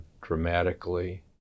dramatically